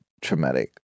traumatic